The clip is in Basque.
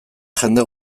jende